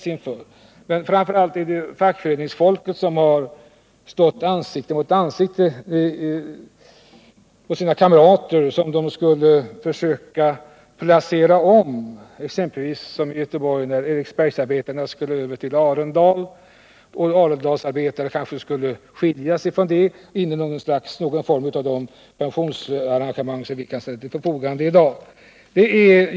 Framför allt är det fackföreningsfolket som har ställts ansikte mot ansikte med kamrater som de har måst försöka placera om, som exempelvis i Göteborg när Eriksbergsarbetare skulle över till Arendal och Arendalsarbetare kanske skulle skiljas från sitt varv och flyttas över till något annat arbete eller till någon form av pensionering.